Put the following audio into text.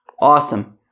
Awesome